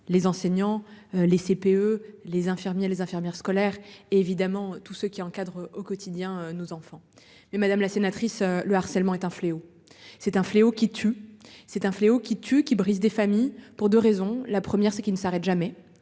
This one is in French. Les enseignants, les CPE, les infirmiers, les infirmières scolaires et évidemment tous ceux qui encadrent au quotidien nos enfants mais madame la sénatrice, le harcèlement est un fléau. C'est un fléau qui tue c'est un fléau qui tue qui brise des familles pour 2 raisons, la première c'est qu'il ne s'arrête jamais.